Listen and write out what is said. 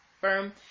Firm